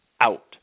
out